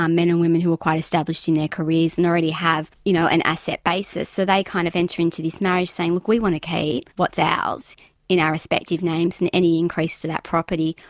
um men and women who are quite established in their careers and already have, you know, an asset basis, so they kind of enter into this marriage saying, look, we want to keep what's ours in our respective names, and any increase to that property,